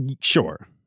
sure